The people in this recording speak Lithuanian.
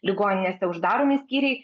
ligoninėse uždaromi skyriai